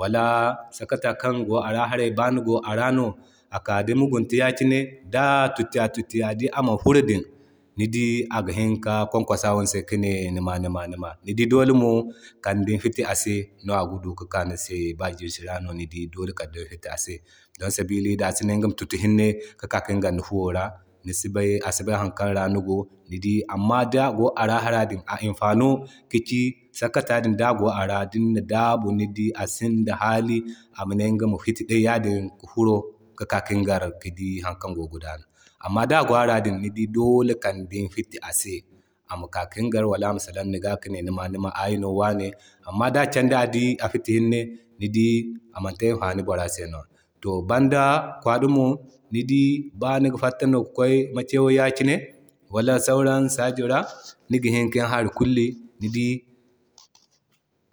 Wala sakata kan go ara haray no ba ni go a ra haray no da ka da mugunta ya kine da tuti a tuti a dii aman furo ni dii aga hini ka kwankwasawa ni se kine nima nima. Ni dii dole mo kal ni fitti ase no aga duka ka nise nisibay asibay harikan ra ni go. Ni dii amma da go a ra hara din a imfano ki ci sakata din da go a ra dina daabu ni dii asinda hali ama ne igama fiti yadin ki furoo ka di har kan gogi gudana. Amma da go a ra di ni dii dole kal nima fiti a se. Amma ka kin gar wala ama sal Nima ay no kaci wane. Amma da kandi adi a fiti hinne ni dii amante amfani gwara se no. To bandah kwadi mo ni dii ba niga fatta no ki kway makewayi yakine wala sauran saji ra niga hini kin hari kulli ni dii.